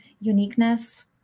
uniqueness